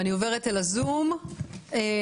לפני שאני עוברת לזום, אליקו,